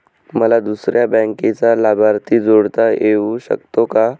मला दुसऱ्या बँकेचा लाभार्थी जोडता येऊ शकतो का?